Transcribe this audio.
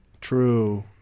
True